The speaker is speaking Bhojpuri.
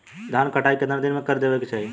धान क कटाई केतना दिन में कर देवें कि चाही?